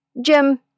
Jim